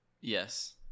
Yes